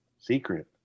secret